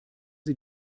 sie